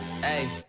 Hey